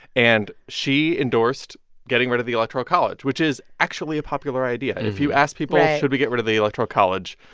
and she endorsed getting rid of the electoral college, which is actually a popular idea. and if you ask people. right. should we get rid of the electoral college,